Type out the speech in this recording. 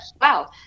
Wow